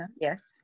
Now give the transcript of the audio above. yes